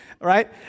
right